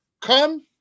Come